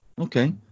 okay